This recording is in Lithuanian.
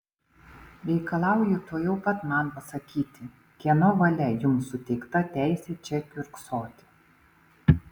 reikalauju tuojau pat man pasakyti kieno valia jums suteikta teisė čia kiurksoti